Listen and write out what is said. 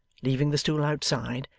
leaving the stool outside,